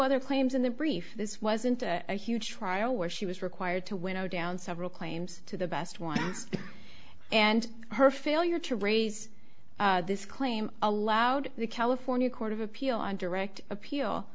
other claims in the brief this wasn't a huge trial where she was required to winnow down several claims to the best ones and her failure to raise this claim allowed the california court of appeal on direct appeal